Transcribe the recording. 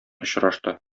очрашты